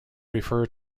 refer